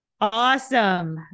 Awesome